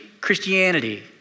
Christianity